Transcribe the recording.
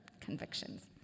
convictions